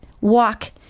walk